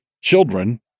children